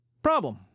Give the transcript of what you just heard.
problem